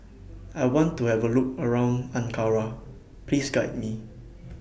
I want to Have A Look around Ankara Please Guide Me